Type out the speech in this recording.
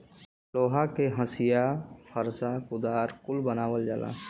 लोहा के हंसिआ फर्सा कुदार कुल बनावल जाला